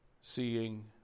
seeing